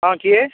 ହଁ କିଏ